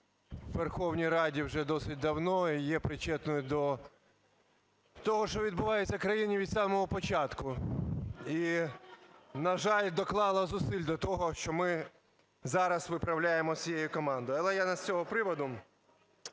у Верховній Раді вже досить давно і є причетною до того, що відбувається в країні від самого початку, і, на жаль, доклала зусиль до того, що ми зараз виправляємо всією командою. Але я не з цього приводу.